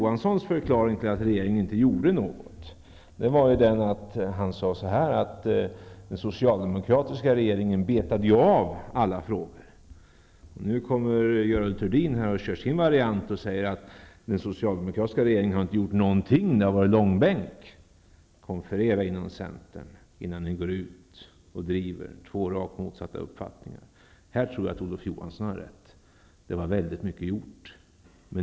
Hans förklaring till att regeringen inte gjorde någonting var att den socialdemokratiska regeringen betat av alla frågor. Nu kommer Görel Thurdin och kör sin variant, som är att den socialdemokratiska regeringen inte gjorde någonting, utan det var en långbänk. Ni bör konferera inom centern innan ni går ut och driver två rakt motsatta uppfattningar. Här tror jag att Olof Johansson har rätt -- det är mycket som är gjort.